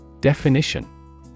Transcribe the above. Definition